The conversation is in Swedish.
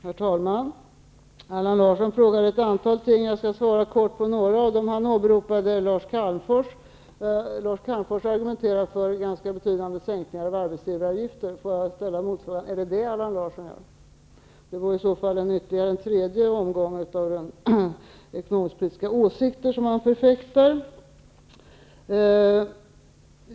Herr talman! Allan Larsson ställde ett antal frågor. Jag skall svara kortfattat på några av dem. Han åberopade Lars Calmfors. Lars Calmfors argumenterar för ganska betydande sänkningar av arbetsgivaravgifterna, men är det detta som Allan Larsson vill ha? Det vore i så fall en tredje omgång av de ekonomisk-politiska åsikter som han förfäktar.